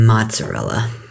Mozzarella